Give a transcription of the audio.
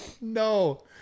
No